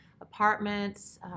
apartments